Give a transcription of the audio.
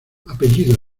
apellido